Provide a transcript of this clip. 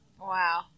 Wow